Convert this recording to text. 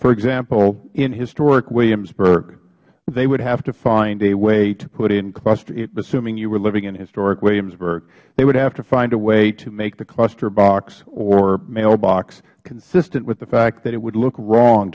for example in historic williamsburg they would have to find a way to put in assuming you were living in historic williamsburg they would have to find a way to make the cluster box or mail box consistent with the fact that it would look wrong